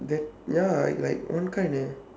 that ya like like one kind eh